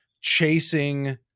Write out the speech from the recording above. chasing